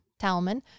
talman